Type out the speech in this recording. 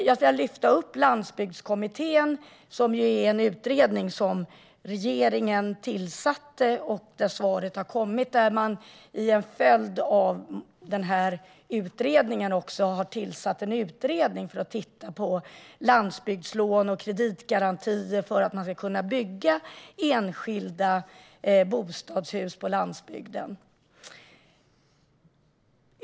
Jag ska lyfta fram Landsbygdskommittén, som ju är en utredning som regeringen tillsatte. Den har kommit med sitt betänkande, och som en följd av det har man tillsatt en utredning för att titta på landsbygdslån och kreditgarantier för att det ska bli möjligt att bygga enskilda bostadshus på landsbygden.